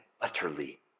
utterly